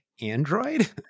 Android